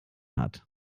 hat